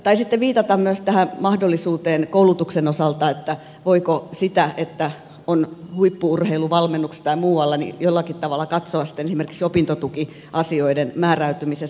taisitte viitata myös tähän mahdollisuuteen koulutuksen osalta että voiko sitä että on huippu urheiluvalmennuksessa tai muualla jollakin tavalla katsoa esimerkiksi opintotukiasioiden määräytymisessä